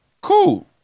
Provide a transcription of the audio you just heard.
Cool